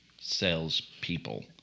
salespeople